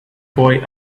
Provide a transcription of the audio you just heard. boy